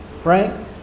Frank